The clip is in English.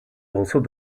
also